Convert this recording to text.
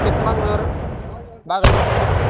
Chikmagalur Bagalkote